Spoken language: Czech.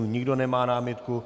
Nikdo nemá námitku.